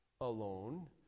alone